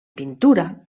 pintura